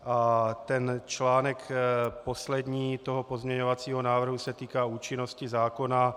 A článek poslední toho pozměňovacího návrhu se týká účinnosti zákona.